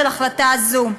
של החלטה זו.